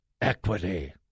equity